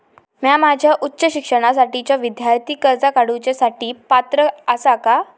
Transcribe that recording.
म्या माझ्या उच्च शिक्षणासाठीच्या विद्यार्थी कर्जा काडुच्या साठी पात्र आसा का?